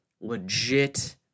legit